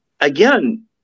Again